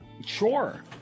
sure